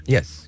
Yes